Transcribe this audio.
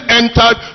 entered